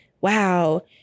Wow